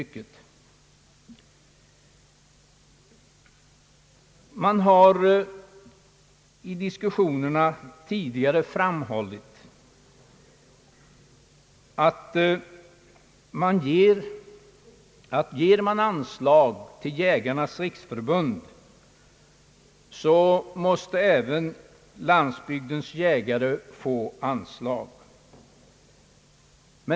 Det har i diskussionerna tidigare framhållits att om man ger anslag till Jägarnas riksförbund så måste även Landsbygdens jägare få anslag.